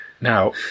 Now